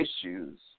issues